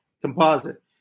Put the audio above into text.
composite